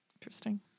Interesting